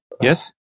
Yes